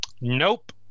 Nope